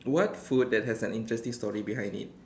what food that has an interesting story behind it